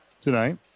tonight